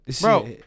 Bro